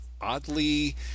oddly